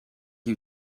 you